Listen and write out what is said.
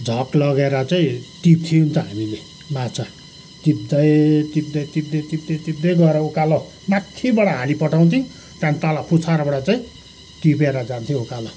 झक लगेर चाहिँ टिप्थ्यौँ त हामीले माछा टिप्दै टिप्दै टिप्दै टिप्दै टिप्दै गएर उकालो माथिबाट हानिपठाउथ्यौँ त्यहाँदेखि तल पुछरबाट चाहिँ टिपेर जान्थ्यो उकालो